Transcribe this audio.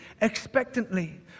expectantly